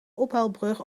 ophaalbrug